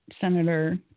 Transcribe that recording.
Senator